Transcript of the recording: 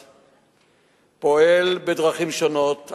פועל בדרכים שונות,